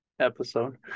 episode